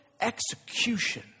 execution